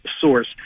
source